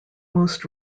most